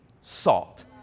salt